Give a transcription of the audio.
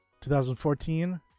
2014